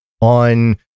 on